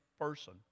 person